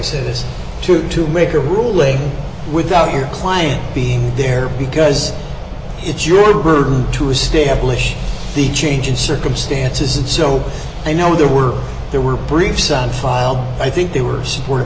basis to to make a ruling without your client being there because it's your burden to establish the change in circumstances and so i know there were there were briefs on file i think they were supported